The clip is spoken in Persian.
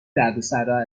دردسرا